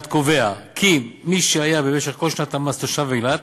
קובע כי מי שהיה במשך כל שנת המס תושב אילת